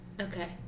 Okay